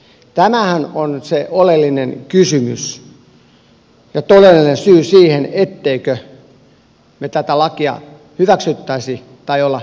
tämähän on nyt se oleellinen kysymys ja todellinen syy siihen ettemmekö me tätä lakia hyväksyisi tai olisi hyväksymättä